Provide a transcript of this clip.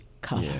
color